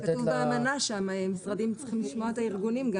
לתת לה -- כתוב באמנה שהמשרדים צריכים לשמוע את הארגונים,